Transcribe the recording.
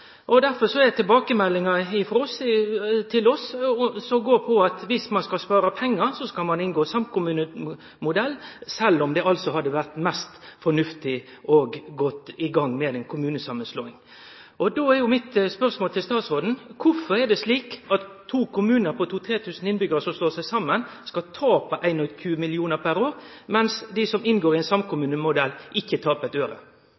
Derfor går tilbakemeldinga til oss på at dersom ein skal spare pengar, skal ein inngå i ein samkommunemodell, sjølv om det altså hadde vore mest fornuftig å gå i gang med ei kommunesamanslåing. Då er spørsmålet mitt til statsråden: Kvifor er det slik at to kommunar på 2 000–3 000 innbyggjarar som slår seg saman, skal tape 21 mill. kr per år, mens dei som inngår i ein samkommunemodell, ikkje taper eit øre?